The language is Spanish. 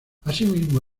asimismo